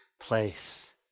place